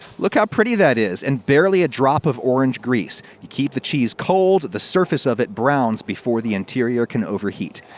look how pretty that is, and barely a drop of orange grease. you keep the cheese cold, the surface of it browns before the interior can overheat.